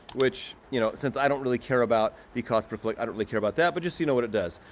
which you know since i don't really care about the cost per click, i don't really care about that, but just you know what it does.